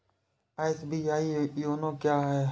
SBI YONO क्या है?